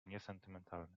niesentymentalny